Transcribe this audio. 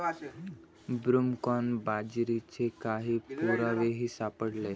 broomcorn बाजरीचे काही पुरावेही सापडले